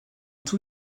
tous